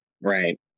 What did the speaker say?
Right